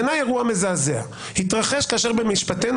בעיניי זה אירוע מזעזע שהתרחש כאשר במשפטנו